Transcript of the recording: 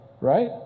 right